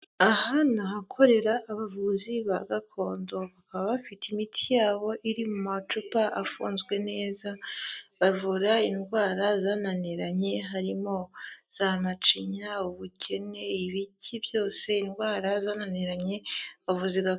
Aha ni ahakorera abavuzi ba gakondo. Bakaba bafite imiti yabo iri mu macupa afunzwe neza. Bavura indwara zananiranye harimo, za macinya, ubukene, ibiki byose, indwara zananiranye abavuzi...